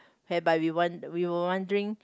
whereby we won~ we were wondering